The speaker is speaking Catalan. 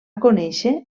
conèixer